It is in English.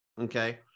okay